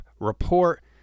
report